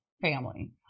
family